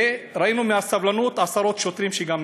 וראינו שמהסבלנות עשרות שוטרים גם נפגעו.